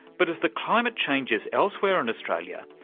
but as the climate changes elsewhere in australia,